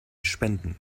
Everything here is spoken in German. spenden